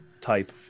type